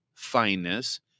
fineness